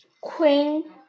Queen